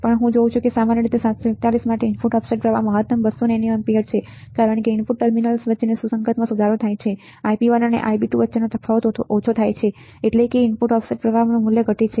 પછી હું જોઉં છું કે સામાન્ય 741 માટે ઇનપુટ ઓફસેટ પ્રવાહ મહત્તમ 200 નેનો એમ્પીયર છે કારણ કે ઇનપુટ ટર્મિનલ્સ વચ્ચેની સુસંગતમાં સુધારો થાય છે Ib1 અને Ib2 વચ્ચેનો તફાવત ઓછો થાય છે એટલે કે ઇનપુટ ઓફસેટ પ્રવાહ મૂલ્ય વધુ ઘટે છે